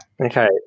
Okay